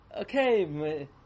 okay